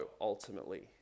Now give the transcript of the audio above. Ultimately